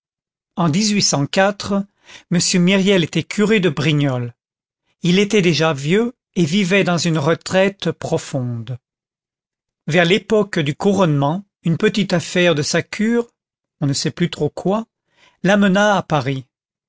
en m myriel était curé de brignolles il était déjà vieux et vivait dans une retraite profonde vers l'époque du couronnement une petite affaire de sa cure on ne sait plus trop quoi l'amena à paris